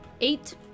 Eight